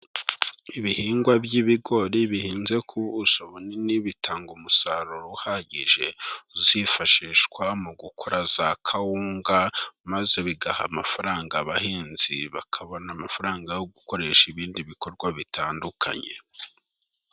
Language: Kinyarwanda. Ibihingwa by'ibigori, bihinze ku ubunini, bitanga umusaruro uhagije. Uzifashishwa mu gukora za kawunga, maze bigaha amafaranga abahinzi, bakabona amafaranga yo gukoresha ibindi bikorwa bitandukanye.